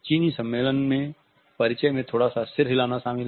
चीनी सम्मेलन में परिचय में थोड़ा सा सिर हिलना शामिल है